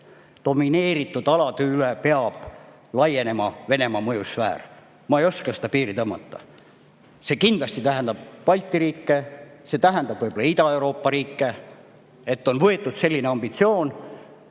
domineerinud, peab laienema Venemaa mõjusfäär. Ma ei oska seda piiri tõmmata. See kindlasti tähendab Balti riike, see tähendab võib-olla Ida-Euroopa riike. On võetud selline ambitsioon,